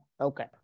Okay